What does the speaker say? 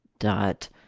dot